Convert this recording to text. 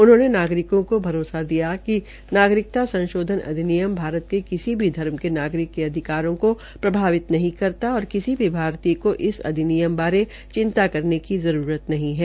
उन्होंने नागरिकों को यह भरोसा दिलाया कि नागरिकता संशोधन अधिनियम भारत को किसी भी धर्म के नागरिक के अधिकारोंको प्रभावित नहीं करता और किसी भी भारतय को इस अधिनियम के बारे में चिंता करने की कोई आवश्यक्ता नहीं है